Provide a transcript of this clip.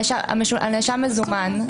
הנאשם מוזמן,